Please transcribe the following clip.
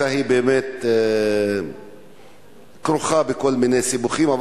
הבדיקה באמת כרוכה בכל מיני סיבוכים,